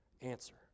Answer